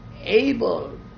able